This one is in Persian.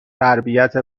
تربیت